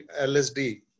LSD